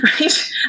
Right